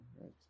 right